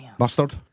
Mustard